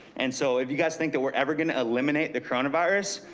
and so if you guys think that we're ever gonna eliminate the coronavirus,